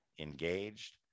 engaged